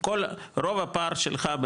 רוב הפער שלך,